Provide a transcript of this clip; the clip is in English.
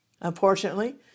Unfortunately